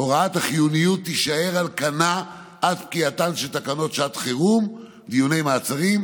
החיוניות תישאר על כנה עד פקיעתן של תקנות שעת חירום (דיוני מעצרים)